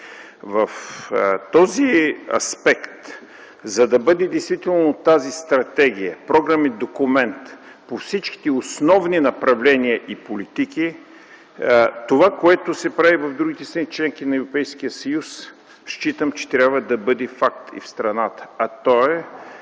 В този аспект, за да бъде действително тази стратегия програмен документ по всичките основни направления и политики, това, което се прави в другите страни – членки на Европейския съюз, считам, че трябва да бъде факта и в страната.